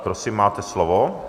Prosím, máte slovo.